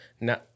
now